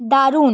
দারুন